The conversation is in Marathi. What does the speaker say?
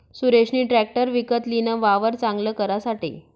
सुरेशनी ट्रेकटर विकत लीन, वावर चांगल करासाठे